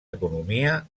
economia